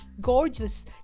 gorgeous